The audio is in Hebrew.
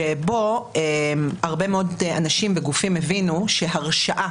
שבו הרבה מאוד אנשים וגופים הבינו שהרשעה